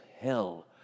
hell